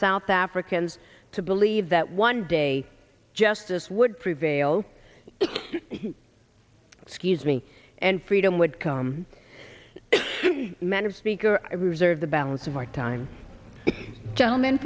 south africans to believe that one day justice would prevail excuse me and freedom would come madam speaker i reserve the balance of our time gentleman